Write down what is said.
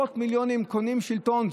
עשרות מיליונים קונים שלטון.